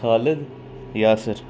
Khalid Yasir